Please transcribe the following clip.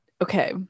Okay